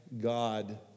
God